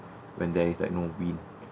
when there's like no wind